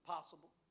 Possible